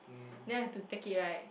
then I have to take it right